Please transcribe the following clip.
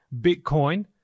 Bitcoin